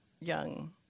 young